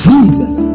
Jesus